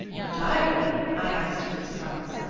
your diary? i asked him in surprise.